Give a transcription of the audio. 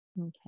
Okay